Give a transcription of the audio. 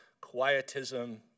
quietism